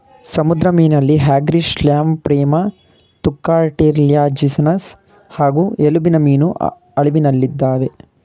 ಸಮುದ್ರ ಮೀನಲ್ಲಿ ಹ್ಯಾಗ್ಫಿಶ್ಲ್ಯಾಂಪ್ರೇಮತ್ತುಕಾರ್ಟಿಲ್ಯಾಜಿನಸ್ ಹಾಗೂ ಎಲುಬಿನಮೀನು ಅಳಿವಿನಲ್ಲಿದಾವೆ